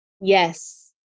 Yes